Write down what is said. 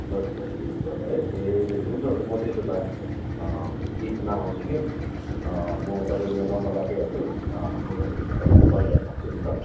दस हजारदेखि उकालो है ए हुन्छ हुन्छ म त्यसो भए बिचमा आउँछु कि म तपाईँको नम्बर राखिराख्छु आउँदाखेरि म तपाईँलाई कल गरि आउँछु नि ल